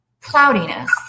cloudiness